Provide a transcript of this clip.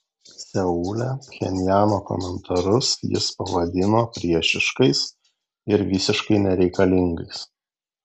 seule pchenjano komentarus jis pavadino priešiškais ir visiškai nereikalingais